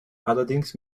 allerdings